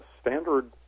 standard